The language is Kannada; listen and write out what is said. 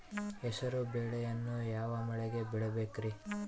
ಹೆಸರುಬೇಳೆಯನ್ನು ಯಾವ ಮಳೆಗೆ ಬೆಳಿಬೇಕ್ರಿ?